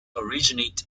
originate